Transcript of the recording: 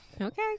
Okay